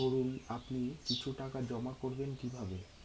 ধরুন আপনি কিছু টাকা জমা করবেন কিভাবে?